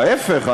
להפך,